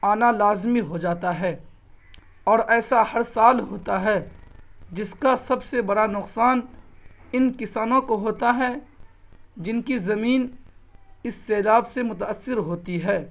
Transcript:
آنا لازمی ہو جاتا ہے اور ایسا ہر سال ہوتا ہے جس کا سب سے برا نقصان ان کسانوں کو ہوتا ہے جن کی زمین اس سیلاب سے متاثر ہوتی ہے